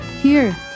Here